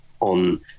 on